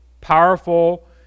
powerful